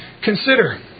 Consider